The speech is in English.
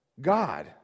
God